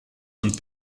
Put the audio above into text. und